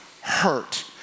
hurt